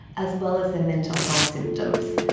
as well as their mental health symptoms.